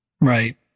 Right